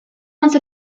once